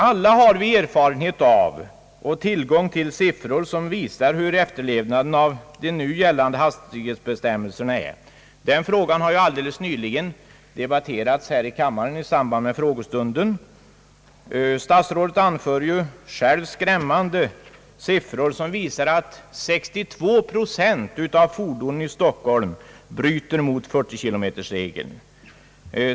Alla har vi erfarenhet av och tillgång till siffror som visar, hur efterlevnaden av de nu gällande hastighetsbestämmelserna är. Den frågan har ju alldeles nyligen debatterats här i kammaren i samband med en frågestund. Herr statsrådet anför själv skrämmande siffror som visar, att 62 procent av fordonen i Stockholm bryter mot 40 kilometersregeln.